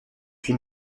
huit